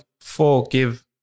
forgive